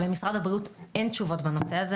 אבל למשרד הבריאות אין תשובות בנושא.